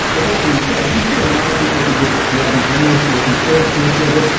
with that being said, we see a lot of people who just love mattermost, the open-source nature of it,